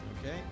Okay